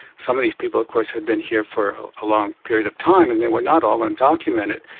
some of these people of course had been here for a long period of time and they were not all undocumented,